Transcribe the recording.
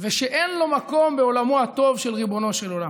ושאין לו מקום בעולמו הטוב של ריבונו של עולם.